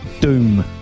doom